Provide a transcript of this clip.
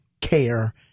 care